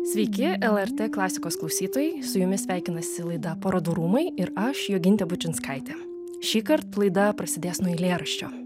sveiki lrt klasikos klausytojai su jumis sveikinasi laida parodų rūmai ir aš jogintė bučinskaitė šįkart laida prasidės nuo eilėraščio